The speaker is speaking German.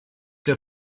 der